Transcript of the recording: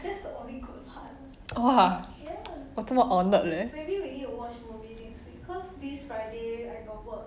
!wah! 我这么 honoured leh